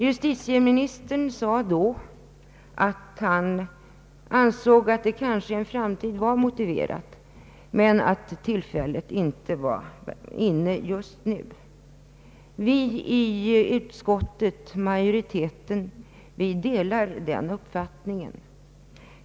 Justitieministern sade då att han ansåg att det i en framtid kanske kunde vara motiverat men att tillfället inte var inne just nu. Utskottsmajoriteten delar den uppfattningen.